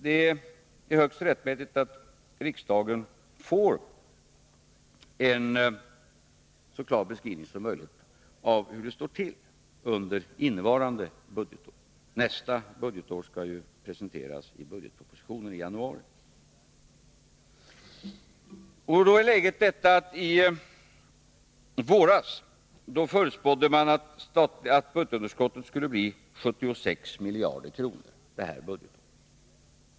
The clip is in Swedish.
Det är högst rättmätigt att riksdagen får en så klar beskrivning som möjligt av hur det står till under innevarande budgetår. Nästa budgetår skall ju presenteras i budgetpropositionen i januari. Läget är detta: I våras förutspådde man att budgetunderskottet skulle bli 76 miljarder kronor detta budgetår.